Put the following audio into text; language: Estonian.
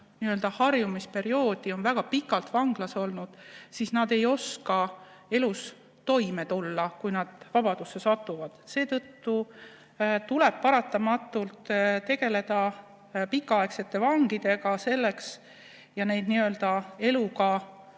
harjumisperioodi ja on väga pikalt vanglas olnud, ei oska elus toime tulla, kui nad vabadusse satuvad. Seetõttu tuleb paratamatult tegeleda pikaaegsete vangidega ja neid eluga